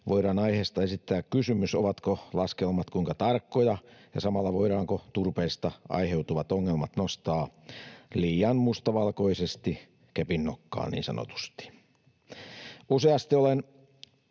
voidaan aiheesta esittää kysymys, ovatko laskelmat kuinka tarkkoja, ja samalla se, voidaanko turpeista aiheutuvat ongelmat nostaa niin sanotusti liian mustavalkoisesti kepinnokkaan. Useasti olen